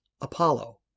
Apollo